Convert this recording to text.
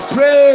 Pray